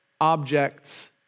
objects